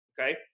Okay